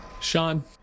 Sean